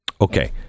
Okay